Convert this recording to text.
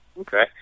Okay